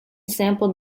sampled